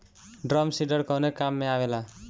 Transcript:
Drum seeder कवने काम में आवेला?